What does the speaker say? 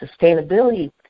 sustainability